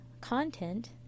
content